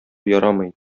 ярамый